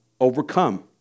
overcome